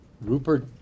Rupert